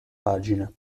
pagina